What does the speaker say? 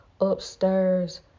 upstairs